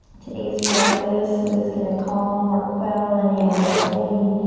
today's practice is gonna calm or quell any anxiety.